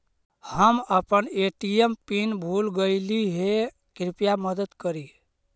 हम अपन ATM pin भूल गईली हे, कृपया मदद करी